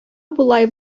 болай